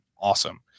awesome